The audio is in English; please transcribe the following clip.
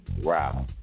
Wow